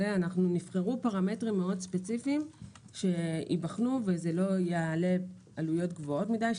נבחרו פרמטרים מאוד ספציפיים שייבחנו וזה לא יעלה עלויות גבוהות מדי.